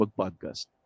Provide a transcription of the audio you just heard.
podcast